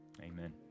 Amen